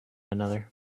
another